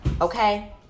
okay